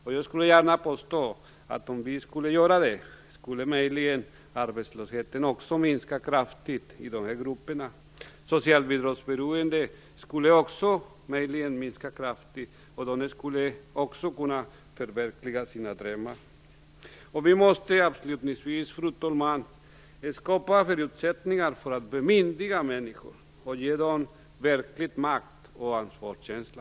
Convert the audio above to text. Om vi gör det vill jag påstå att arbetslösheten skulle minska kraftigt i dessa grupper. Socialbidragsberoendet skulle också minska kraftigt. De socialbidragsberoende skulle också kunna förverkliga sina drömmar. Avslutningsvis, fru talman: Vi måste skapa förutsättningar för att bemyndiga människor och för att ge dem verklig makt och ansvarskänsla.